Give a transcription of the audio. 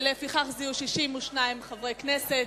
ולפיכך יהיו 62 חברי כנסת,